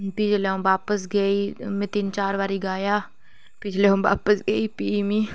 फिह् जेल्लैअ 'ऊं बापस गेई में तिन चार बारी गाया फिह्अ 'ऊं जेहले बापस गेई फ्ही में